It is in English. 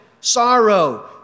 sorrow